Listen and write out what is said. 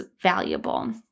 valuable